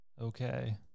Okay